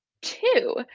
two